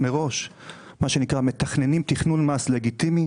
מראש תכנון מס לגיטימי